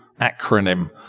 acronym